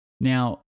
now